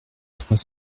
trois